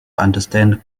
understand